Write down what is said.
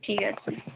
ঠিক আছে